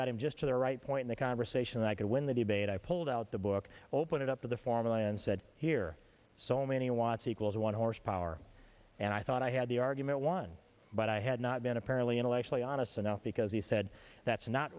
got him just to the right point the conversation i could win the debate i pulled out the book opened it up to the formal and said here so many watts equals one horsepower and i thought i had the argument won but i had not been apparently intellectually honest enough because he said that's not